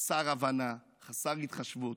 חסר הבנה, חסר התחשבות,